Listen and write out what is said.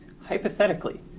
hypothetically